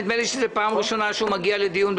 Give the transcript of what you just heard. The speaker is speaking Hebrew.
נדמה לי שזאת הפעם הראשונה שהוא מגיע לדיון.